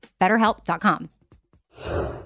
BetterHelp.com